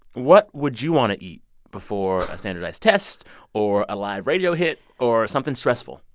what would you want to eat before a standardized test or a live radio hit or something stressful?